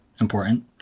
important